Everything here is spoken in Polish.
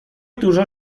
dużo